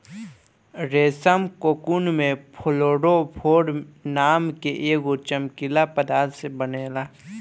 रेशम कोकून में फ्लोरोफोर नाम के एगो चमकीला पदार्थ से बनेला